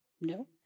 No